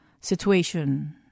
situation